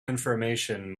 information